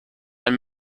ein